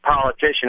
politician